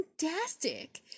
fantastic